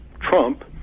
Trump